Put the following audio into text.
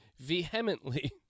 Vehemently